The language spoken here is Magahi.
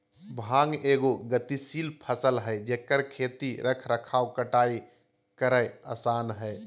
भांग एगो गतिशील फसल हइ जेकर खेती रख रखाव कटाई करेय आसन हइ